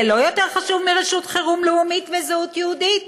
זה לא יותר חשוב מרשות חירום לאומית וזהות יהודית?